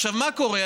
עכשיו מה קורה?